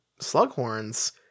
Slughorns